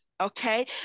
okay